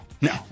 no